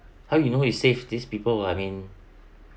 how you know is safe these people I mean